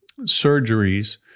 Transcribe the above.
surgeries